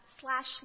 slash